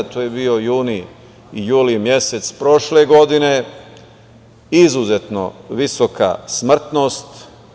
To je bio juni i juli mesec prošle godine, izuzetno visoka smrtnost.